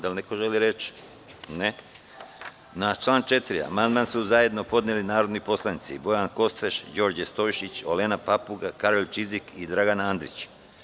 Da li neko želi reč? (Ne) Na član 4. amandman su zajedno podneli narodni poslanici Bojana Kostreš, Đorđe Stojšić, Olena Papuga, Karolj Čizik i Dragan Andrić.